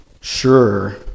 sure